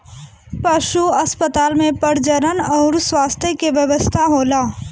पशु अस्पताल में प्रजनन अउर स्वास्थ्य के व्यवस्था होला